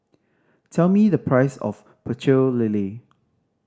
tell me the price of Pecel Lele